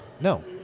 No